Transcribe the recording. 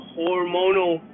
hormonal